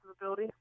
ability